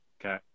Okay